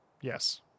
yes